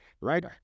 right